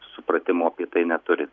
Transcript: supratimo apie tai neturi